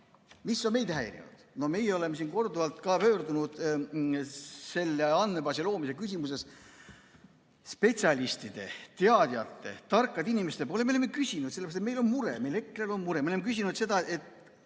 Mis on veel häirinud? Meie oleme siin korduvalt pöördunud selle andmebaasi loomise küsimuses spetsialistide, teadjate, tarkade inimeste poole. Me oleme küsinud, sellepärast et meil on mure, EKRE‑l on mure. Me oleme küsinud seda, kas